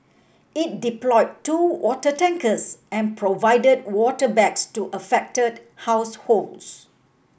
it deployed two water tankers and provided water bags to affected households